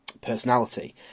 personality